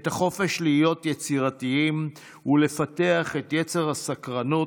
את החופש להיות יצירתיים ולפתח את יצר הסקרנות,